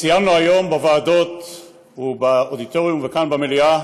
ציינו היום בוועדות ובאודיטוריום וכאן במליאה